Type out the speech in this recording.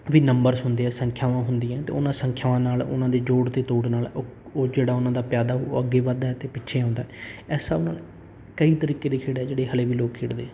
ਵੀ numbers ਹੁੰਦੇ ਆ ਸੰਖਿਆਵਾਂ ਹੁੰਦੀਆਂ ਅਤੇ ਉਹਨਾਂ ਸੰਖਿਆਵਾਂ ਨਾਲ ਉਹਨਾਂ ਦੇ ਜੋੜ ਅਤੇ ਤੋੜ ਨਾਲ ਉਹ ਉਹ ਜਿਹੜਾ ਉਹਨਾਂ ਦਾ ਪਿਆਦਾ ਅੱਗੇ ਵੱਧਦਾ ਹੈ ਅਤੇ ਪਿੱਛੇ ਆਉਂਦਾ ਇਸ ਹਿਸਾਬ ਨਾਲ ਕਈ ਤਰੀਕੇ ਦੀ ਖੇਡ ਆ ਜਿਹੜੇ ਹਲੇ ਵੀ ਲੋਕ ਖੇਡਦੇ ਹੈ